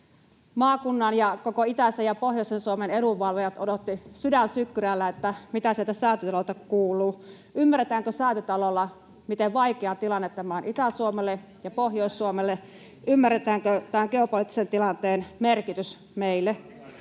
Maakunnan ja koko itäisen ja pohjoisen Suomen edunvalvojat odottivat sydän sykkyrällä, mitä sieltä Säätytalolta kuuluu. Ymmärretäänkö Säätytalolla, miten vaikea tilanne tämä on Itä-Suomelle ja Pohjois-Suomelle? Ymmärretäänkö tämän geopoliittisen tilanteen merkitys meille?